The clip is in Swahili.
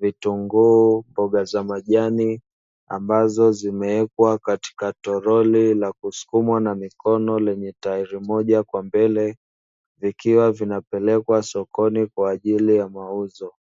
vitunguu, mboga za majani ambazo zimewekwa katika toroli la kusukumwa kwa mikono lenye tairi moja kwa mbele. Vikiwa vinapekekwa sokoni kwa ajili ya mauzo.